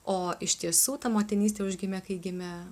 o iš tiesų ta motinystė užgimė kai gimė